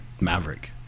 Maverick